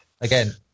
Again